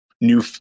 new